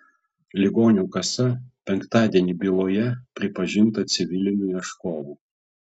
ligonių kasa penktadienį byloje pripažinta civiliniu ieškovu